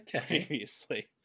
previously